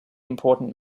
important